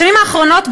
בשנים האחרונות,